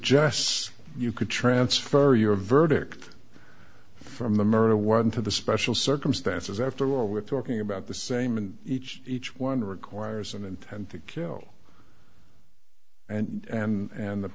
gests you could transfer your verdict from the murder one to the special circumstances after all we're talking about the same and each each one requires an intent to kill and